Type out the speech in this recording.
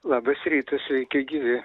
labas rytas sveiki gyvi